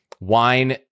wine